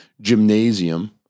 gymnasium